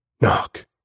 knock